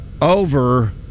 over